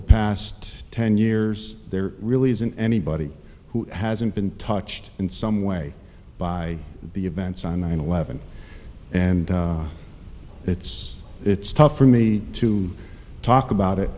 the past ten years there really isn't anybody who hasn't been touched in some way by the events on nine eleven and it's it's tough for me to talk about it